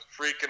freaking